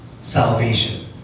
salvation